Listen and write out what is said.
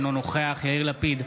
אינו נוכח יאיר לפיד,